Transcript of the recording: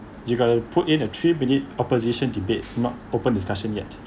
you gotta put in a three minute opposition debate not open discussion yet